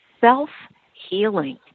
self-healing